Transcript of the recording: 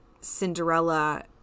Cinderella